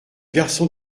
garçon